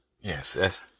Yes